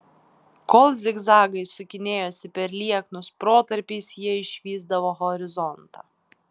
kol zigzagais sukinėjosi per lieknus protarpiais jie išvysdavo horizontą